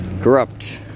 Corrupt